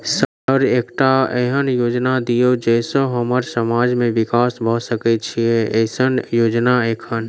Sir एकटा एहन योजना दिय जै सऽ हम्मर समाज मे विकास भऽ सकै छैय एईसन योजना एखन?